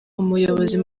umuyobozi